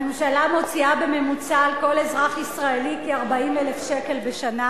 הממשלה מוציאה בממוצע על כל אזרח ישראלי כ-40,000 שקל בשנה,